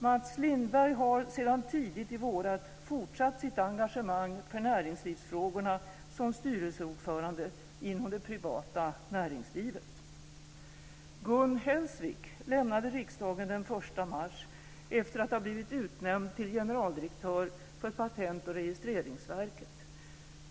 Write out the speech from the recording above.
Mats Lindberg har sedan tidigt i våras fortsatt sitt engagemang för näringslivsfrågorna som styrelseordförande inom det privata näringslivet. Gun Hellsvik lämnade riksdagen den 1 mars efter att ha blivit utnämnd till generaldirektör för Patentoch registreringsverket.